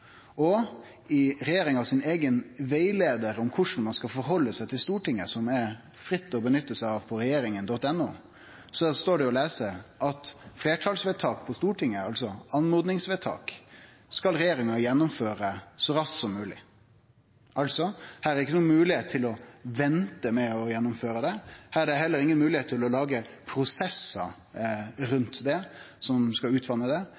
rettleiar frå regjeringa om korleis ein skal gå fram i høve til Stortinget, som kan nyttast fritt på regjeringen.no, står det å lese at fleirtalsvedtak på Stortinget, altså oppmodingsvedtak, skal regjeringa gjennomføre så raskt som mogleg. Altså: Det er ikkje noka moglegheit til å vente med å gjennomføre det. Det er heller ikkje moglegheit til å lage prosessar rundt det som skal utvatne det.